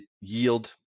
yield